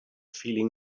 feeling